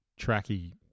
tracky